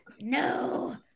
no